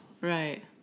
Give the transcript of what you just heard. Right